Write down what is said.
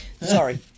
sorry